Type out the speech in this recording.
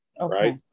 right